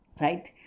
right